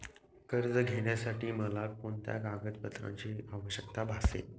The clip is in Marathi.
कर्ज घेण्यासाठी मला कोणत्या कागदपत्रांची आवश्यकता भासेल?